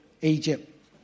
Egypt